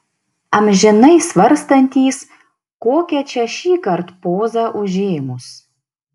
amžinai svarstantys kokią čia šįkart pozą užėmus